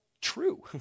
true